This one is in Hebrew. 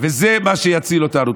וזה מה שיציל אותנו.